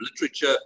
literature